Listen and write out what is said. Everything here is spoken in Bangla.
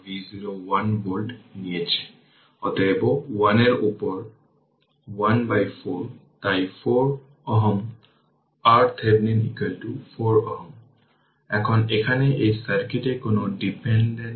t i 3 u t i 3 1 এর মানে এটি একটি v0 হবে